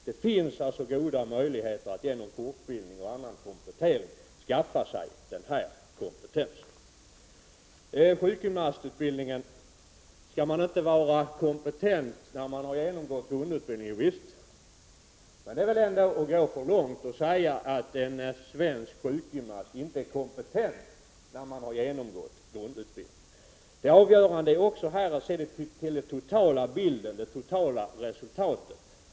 Det finns alltså goda möjligheter att genom fortbildning och annan komplettering skaffa sig sådan kompetens. Sedan gäller det sjukgymnastutbildningen. Skall man inte vara kompetent när man har genomgått grundutbildning? Jovisst! Men det är väl ändå att gå för långt att säga att en svensk sjukgymnast inte är kompetent efter att ha genomgått grundutbildningen? Det avgörande är också här att se till det totala resultatet.